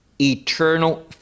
eternal